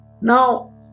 Now